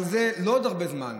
אבל זה לא לעוד הרבה זמן.